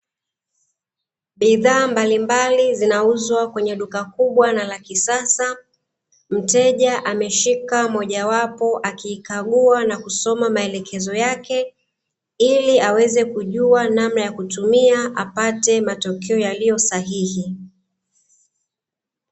Bidhaa mbalimbali zinauzwa kwenye duka kubwa na la kisasa. Mteja ameshika moja wapo akikagua na kusoma maelekezo yake ili aweze kujua namna ya kutumia apate matokeo yaliyosahihi.